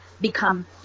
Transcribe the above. become